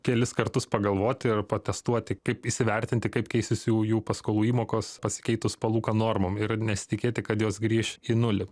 kelis kartus pagalvoti ir patestuoti kaip įsivertinti kaip keisis jų jų paskolų įmokos pasikeitus palūkanų normom ir nesitikėti kad jos grįš į nulį